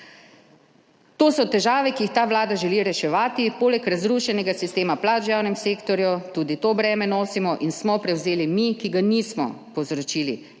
To so težave, ki jih ta Vlada želi reševati, poleg razrušenega sistema plač v javnem sektorju, tudi to breme nosimo in smo prevzeli mi, ki ga nismo povzročili.